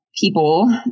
people